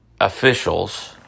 officials